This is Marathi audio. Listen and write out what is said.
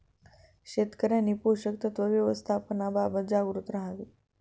शेतकऱ्यांनी पोषक तत्व व्यवस्थापनाबाबत जागरूक राहावे